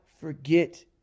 forget